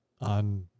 on